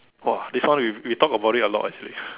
!wah! this one we we talk about it a lot actually